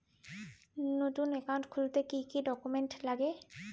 নতুন একাউন্ট খুলতে কি কি ডকুমেন্ট লাগে?